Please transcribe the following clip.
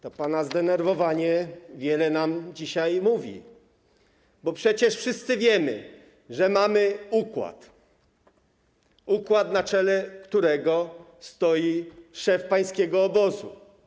To pana zdenerwowanie wiele nam dzisiaj mówi, bo przecież wszyscy wiemy, że mamy układ, układ, na czele którego stoi szef pańskiego obozu.